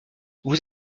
vous